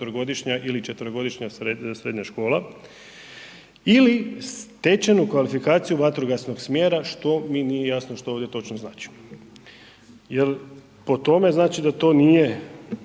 ili četverogodišnja srednja škola ili stečenu kvalifikaciju vatrogasnog smjera što mi nije jasno što ovdje točno znači. Jel po tome znači da to nije